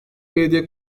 belediye